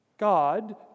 God